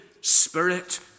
Spirit